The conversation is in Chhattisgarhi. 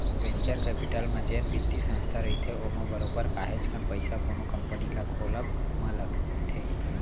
वेंचर कैपिटल म जेन बित्तीय संस्था रहिथे ओमा बरोबर काहेच कन पइसा कोनो कंपनी ल खोलब म लगथे